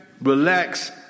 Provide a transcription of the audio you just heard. relax